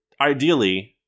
Ideally